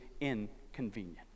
inconvenient